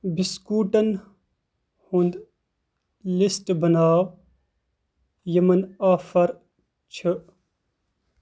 بِسکوٗٹن ہُنٛد لسٹ بناو یِمَن آفر چھ